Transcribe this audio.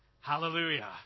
Hallelujah